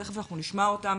ותיכף נשמע אותם,